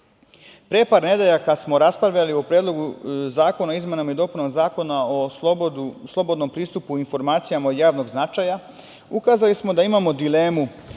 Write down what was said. par nedelja kada smo raspravljali o Predlogu zakona o izmenama i dopunama Zakona o slobodnom pristupu informacijama od javnog značaja ukazali smo da imamo dilemu